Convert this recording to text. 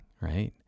right